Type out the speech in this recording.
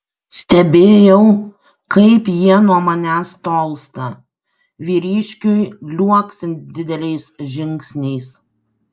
stebėjau kaip jie nuo manęs tolsta vyriškiui liuoksint dideliais žingsniais